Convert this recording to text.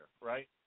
right